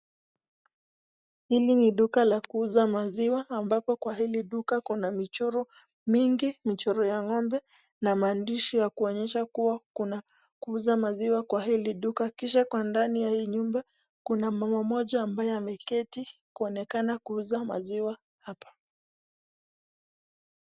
Hili ni duka la kuuza maziwa ambapo kwa hili duka kuna muchoro mingi, michoro ya ng'ombe na maandishi ya kuonyesha kuwa kuna kuuza maziwa kwa hili duka kisha kwa ndani ya hii nyumba ,kuna mama mmoja ambaye ameketi kuonekana kuuza maziwa hapa.